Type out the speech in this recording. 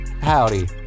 howdy